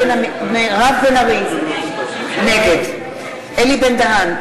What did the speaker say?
מירב בן ארי, נגד אלי בן-דהן,